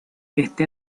este